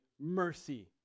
mercy